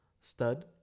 stud